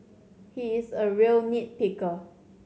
he is a real nit picker